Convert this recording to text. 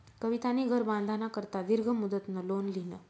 कवितानी घर बांधाना करता दीर्घ मुदतनं लोन ल्हिनं